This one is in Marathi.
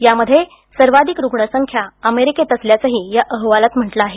यामध्ये सर्वाधिक रुग्णसंख्या अमेरिकेत असल्याचंही या अहवालात म्हटलं आहे